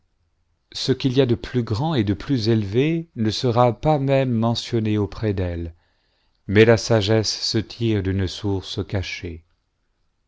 ce qu'il y a de plus grand et de jnus élevé ne sera pas même mentionné anprès d'elle mais la sagesse se tire d'ime source cachée